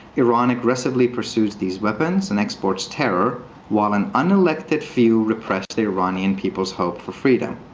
iran aggressively pursues these weapons and exports terror while an unelected few repress the iranian people's hope for freedom.